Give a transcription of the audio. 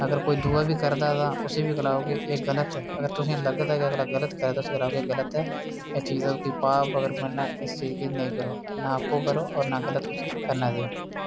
अगर कोई दूआ बी करदा तां उसी बी गलाओ कि एह् गलत ऐ अगर तुसेंगी लगदा कि अगला गलत करदा ऐ उसी गलाओ के गलत ऐ एह् चीज पाप अगर मिलना ऐ इस चीज गी नेईं करो ना आपूं करो होर ना गलत कुसै गी करना देओ